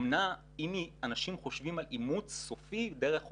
אומנה אם אנשים חושבים על אימוץ סופי דרך אומנה,